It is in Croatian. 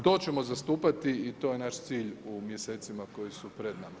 To ćemo zastupati i to je naš cilj u mjesecima koje su pred nama.